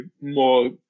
more